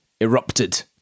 erupted